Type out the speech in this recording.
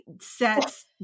sets